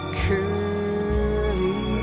curly